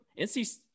NC